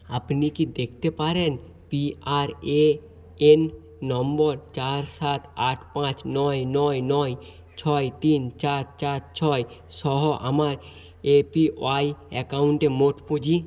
আপনি কি দেখতে পারেন পিআরএএন নম্বর চার সাত আট পাঁচ নয় নয় নয় ছয় তিন চার চার ছয় সহ আমার এপিওয়াই অ্যাকাউন্টে মোট পুঁজি